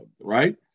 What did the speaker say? right